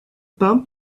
pain